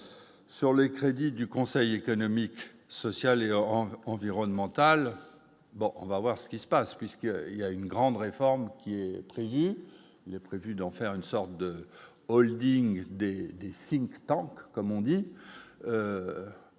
sur le du Conseil économique, social et en environnementale, bon, on va voir ce qui se passe, puisque il y a une grande réforme qui est payé, il est prévu d'en faire une sorte de Holding think tanks comme on dit,